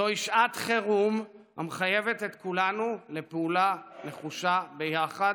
זוהי שעת חירום המחייבת את כולנו לפעולה נחושה ביחד,